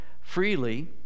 freely